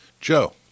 Joe